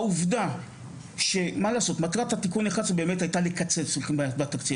והעובדה שמטרת התיקון הייתה לקצץ בתקציב,